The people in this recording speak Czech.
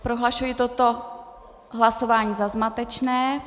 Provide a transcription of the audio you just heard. Prohlašuji toto hlasování za zmatečné.